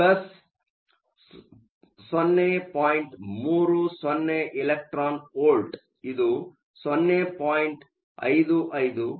30 electron volt ಇದು 0